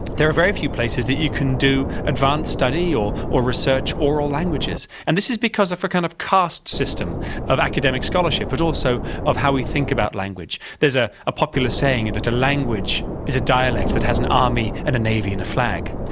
there are very few places that you can do advanced study or or research oral languages. and this is because of a kind of caste system of academic scholarship but also of how we think about language. there is a a popular saying that a language is a dialect that has an army, a navy and a flag.